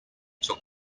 took